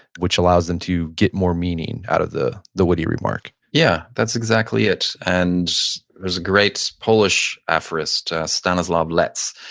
which allows them to get more meaning out of the the witty remark? yeah, that's exactly it. and there's a great polish aphorist stanislaw lec.